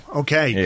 okay